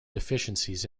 deficiencies